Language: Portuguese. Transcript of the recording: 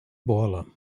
bola